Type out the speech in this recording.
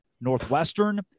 Northwestern